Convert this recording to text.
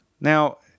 Now